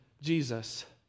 Jesus